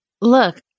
Look